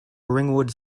ringwood